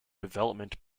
development